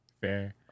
Fair